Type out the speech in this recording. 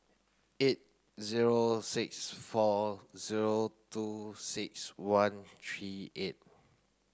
eight zero six four zero two six one three eight